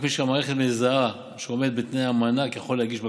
רק מי שהמערכת מזהה שעומד בתנאי המענק יכול להגיש בקשה.